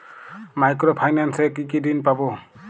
Micro finance এ কি কি ঋণ পাবো?